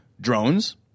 drones